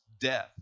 death